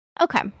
Okay